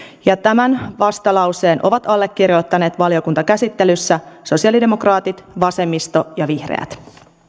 ja tämän vastalauseen ovat allekirjoittaneet valiokuntakäsittelyssä sosialidemokraatit vasemmisto ja vihreät